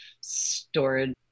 storage